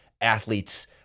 athletes